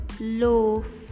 loaf